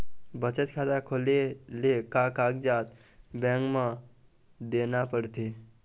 बचत खाता खोले ले का कागजात बैंक म देना पड़थे?